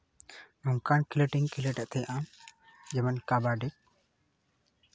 ᱱᱚᱝᱠᱟᱱ ᱠᱷᱮᱞᱳᱰ ᱤᱧ ᱠᱷᱮᱞᱳᱰᱮᱜ ᱛᱟᱦᱮᱸᱜᱼᱟ ᱡᱮᱢᱚᱱ ᱠᱟᱵᱟᱰᱤ